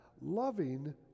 loving